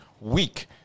week